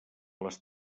les